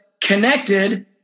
connected